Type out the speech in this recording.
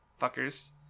fuckers